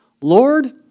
Lord